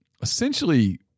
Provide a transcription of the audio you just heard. essentially